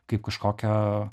kaip kažkokio